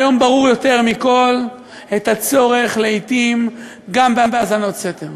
היום ברור יותר מכול הצורך לעתים גם בהאזנות סתר.